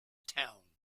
town